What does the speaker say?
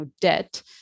debt